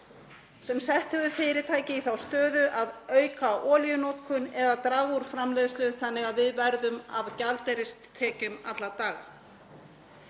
sem sett hefur fyrirtæki í þá stöðu að auka olíunotkun eða draga úr framleiðslu þannig að við verðum af gjaldeyristekjum alla daga.